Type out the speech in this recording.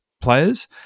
players